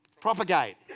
propagate